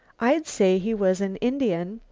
i'd say he was an indian,